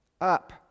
up